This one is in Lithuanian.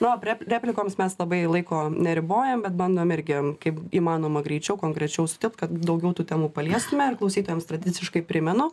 na o pre replikoms mes labai laiko neribojam bet bandom irgi kaip įmanoma greičiau konkrečiau sutilpt kad daugiau tų temų paliestume ir klausytojams tradiciškai primenu